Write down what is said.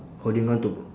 holding on to